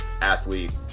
athlete